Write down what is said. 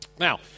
Now